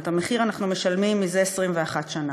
ואת המחיר אנחנו משלמים זה 21 שנה.